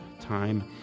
time